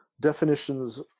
definitions